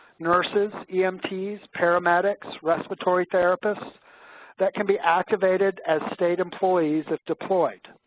nurses, emts, paramedics, respiratory therapists that can be activated as state employees if deployed.